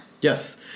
Yes